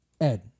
Ed